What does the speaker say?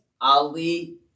Ali